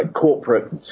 corporate